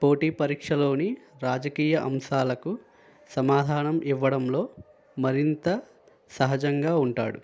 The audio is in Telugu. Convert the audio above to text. పోటీ పరీక్షలోని రాజకీయ అంశాలకు సమాధానం ఇవ్వడంలో మరింత సహజంగా ఉంటాడు